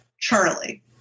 Charlie